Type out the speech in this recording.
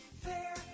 fair